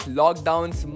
lockdowns